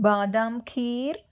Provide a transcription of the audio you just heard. బాదం ఖీర్